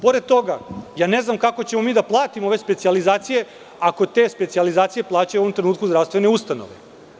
Pored toga, ne znam kako ćemo mi da platimo ove specijalizacije ako te specijalizacije plaćaju u ovom trenutku zdravstvene ustanove.